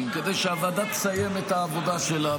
כדי שהוועדה תסיים את העבודה שלה,